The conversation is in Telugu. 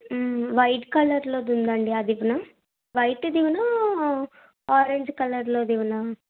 వైట్ కలర్లోది ఉందండి అది ఇవ్వనా వైట్ది ఇవ్వనా ఆరంజ్ కలర్లోది ఇవ్వనా